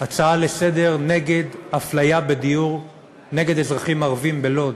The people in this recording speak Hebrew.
הצעה לסדר-היום נגד אפליה בדיור של אזרחים ערבים בלוד.